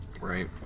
Right